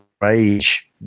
rage